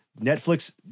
Netflix